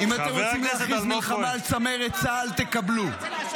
--- אלמוג, אתה לא מבין מה --- מה אתה קופץ?